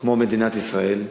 כמו מדינת ישראל,